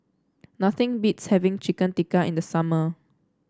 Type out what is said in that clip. nothing beats having Chicken Tikka in the summer